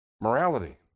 Morality